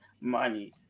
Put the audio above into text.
money